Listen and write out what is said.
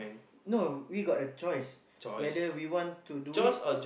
no we got a choice whether we want to do it